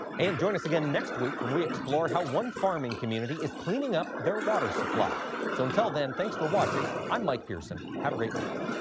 and join us again next week when we explore how one farming community is cleaning up their water supply. so until then, thanks for watching, i'm mike pearson. have a great week.